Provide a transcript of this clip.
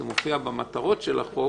אלא רק במטרות שלו.